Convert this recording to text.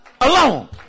alone